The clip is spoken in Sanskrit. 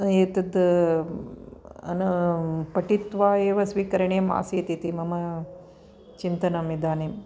एतत् पठित्वा एव स्वीकरणीयमासीत् इति मम चिन्तनम् इदानीम्